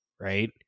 right